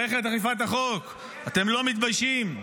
מערכת אכיפת החוק, אתם לא מתביישים?